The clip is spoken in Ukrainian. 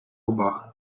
губах